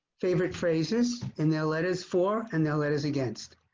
favorite phrases and they'll let us for and they'll let us against